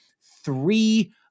three